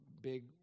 big